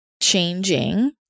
changing